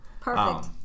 Perfect